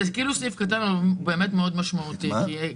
זה כאילו סעיף קטן אבל הוא באמת משמעותי מאוד.